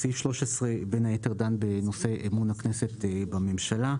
סעיף 13 דן בנושא אמון הכנסת בממשלה.